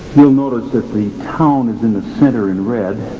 we'll notice that the town is in the centre in red.